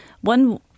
one